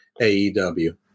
AEW